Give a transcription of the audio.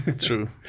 True